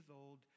old